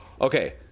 okay